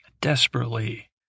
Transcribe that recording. desperately